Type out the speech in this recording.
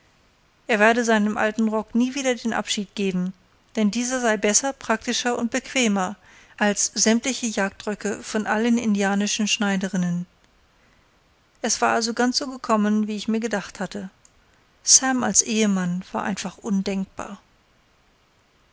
er werde seinem alten rocke nie wieder den abschied geben denn dieser sei besser praktischer und bequemer als sämtliche jagdröcke von allen indianischen schneiderinnen es war also ganz so gekommen wie ich mir gedacht hatte sam als ehemann war einfach undenkbar